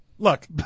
Look